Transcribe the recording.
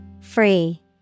Free